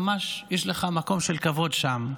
יש לך ממש מקום של כבוד שם.